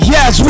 Yes